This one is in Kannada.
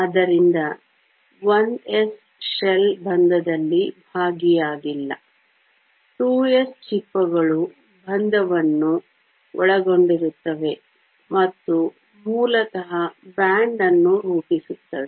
ಆದ್ದರಿಂದ 1s ಶೆಲ್ ಬಂಧದಲ್ಲಿ ಭಾಗಿಯಾಗಿಲ್ಲ 2s ಚಿಪ್ಪುಗಳು ಬಂಧವನ್ನು ಒಳಗೊಂಡಿರುತ್ತವೆ ಮತ್ತು ಮೂಲತಃ ಬ್ಯಾಂಡ್ ಅನ್ನು ರೂಪಿಸುತ್ತವೆ